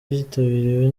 yitabiriwe